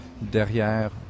derrière